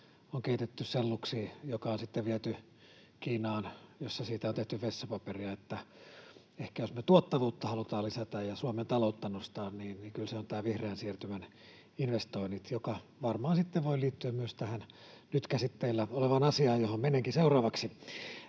on keitetty selluksi, joka on sitten viety Kiinaan, missä siitä on tehty vessapaperia. Ehkä jos me tuottavuutta halutaan lisätä ja Suomen taloutta nostaa, niin kyllä ne ovat nämä vihreän siirtymän investoinnit, jotka varmaan sitten voivat liittyä myös tähän nyt käsitteillä olevaan asiaan — johon menenkin seuraavaksi.